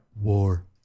war